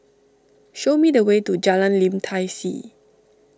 show me the way to Jalan Lim Tai See